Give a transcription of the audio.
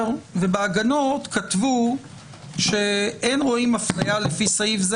בהגנות כתבו שאין רואים אפליה לפי סעיף זה